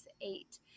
eight